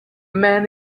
man